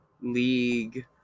League